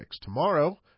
Tomorrow